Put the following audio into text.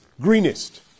greenest